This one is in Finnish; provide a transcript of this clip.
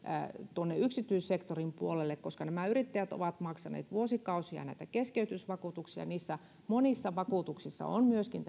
tuonne yksityissektorin puolelle koska nämä yrittäjät ovat maksaneet vuosikausia näitä keskeytysvakuutuksia monissa niissä vakuutuksissa on myöskin